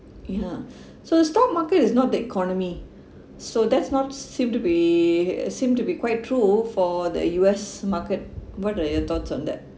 ya so stock market is not the economy so that's not seem to be uh seem to be quite true for the U_S market what are your thoughts on that